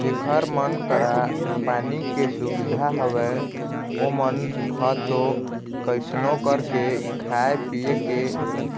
जेखर मन करा पानी के सुबिधा हवय ओमन ह तो कइसनो करके खाय पींए के